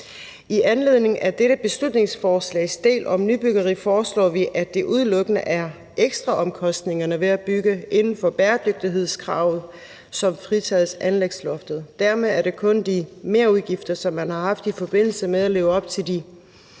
I anledning af dette beslutningsforslags del om nybyggeri foreslår vi, at det udelukkende er ekstraomkostningerne ved at bygge inden for bæredygtighedskravet, som fritages for anlægsloftet. Dermed er det kun de merudgifter, som man har haft i forbindelse med at leve op til